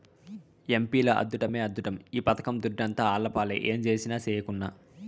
ఎంపీల అద్దుట్టమే అద్దుట్టం ఈ పథకం దుడ్డంతా ఆళ్లపాలే పంజేసినా, సెయ్యకున్నా